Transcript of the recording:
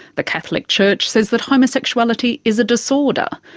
the catholic church says that homosexuality is a disorder,